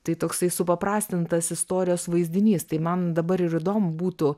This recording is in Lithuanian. tai toksai supaprastintas istorijos vaizdinys tai man dabar ir įdomu būtų